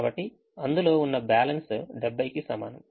కాబట్టి అందుబాటులో ఉన్న బ్యాలెన్స్ 70 కి సమానం